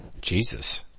Jesus